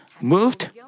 moved